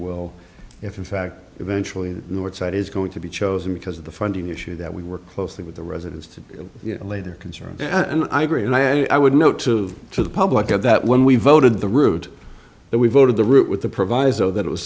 will if in fact eventually northside is going to be chosen because of the funding issue that we work closely with the residents to allay their concerns and i agree and i would note to the public of that when we voted the route that we voted the route with the proviso that it was